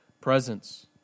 presence